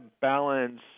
balance